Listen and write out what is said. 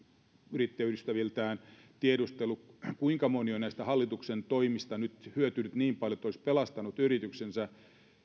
yrittäjäystäviltään tiedustellut kuinka moni on näistä hallituksen toimista hyötynyt nyt niin paljon että olisi pelastanut yrityksensä